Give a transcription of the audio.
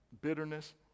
bitterness